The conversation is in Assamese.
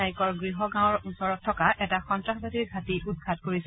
নাইকৰ গৃহ গাঁৱৰ ওচৰত থকা এটা সন্ত্ৰাসবাদীৰ ঘাটি উৎখাত কৰিছে